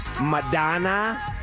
Madonna